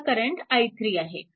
हा current i3 आहे